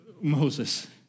Moses